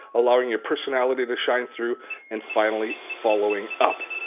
allow your personality to shine through and finally following up.